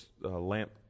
lamp